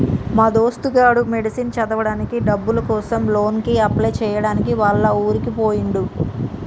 మా దోస్తు గాడు మెడిసిన్ చదవడానికి డబ్బుల కోసం లోన్ కి అప్లై చేయడానికి వాళ్ల ఊరికి పోయిండు